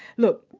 look,